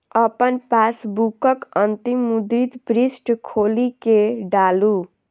अपन पासबुकक अंतिम मुद्रित पृष्ठ खोलि कें डालू